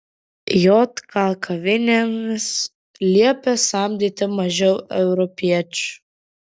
jk kavinėms liepė samdyti mažiau europiečių